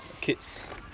kits